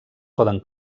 poden